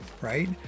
right